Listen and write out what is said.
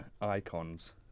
icons